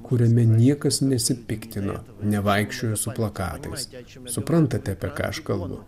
kuriame niekas nesipiktino nevaikščiojo su plakatais suprantate apie ką aš kalbu